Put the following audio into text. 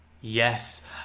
Yes